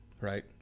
Right